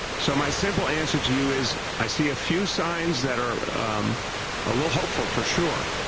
so my simple answer to you is i see a few summons that are a little hopeful for sure.